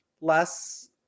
less